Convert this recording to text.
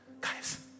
guys